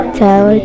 tell